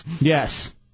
Yes